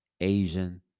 Asian